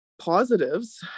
positives